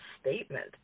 statement